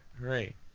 right